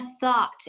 thought